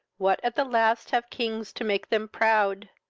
what at the last have kings to make them proud!